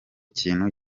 kintu